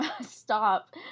Stop